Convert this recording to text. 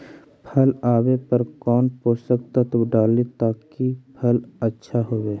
फल आबे पर कौन पोषक तत्ब डाली ताकि फल आछा होबे?